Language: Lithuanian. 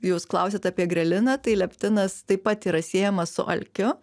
jūs klausėt apie greliną tai leptinas taip pat yra siejamas su alkiu